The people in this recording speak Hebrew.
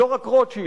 לא רק רוטשילד,